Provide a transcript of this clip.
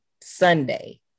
sunday